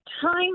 time